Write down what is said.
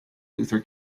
luther